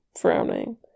frowning